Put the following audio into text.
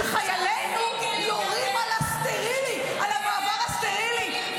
שחיילינו יורים על הסטרילי, על המעבר הסטרילי.